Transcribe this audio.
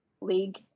League